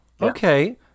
Okay